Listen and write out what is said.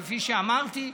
כפי שאמרתי.